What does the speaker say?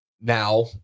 now